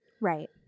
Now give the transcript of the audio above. Right